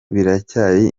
biracyari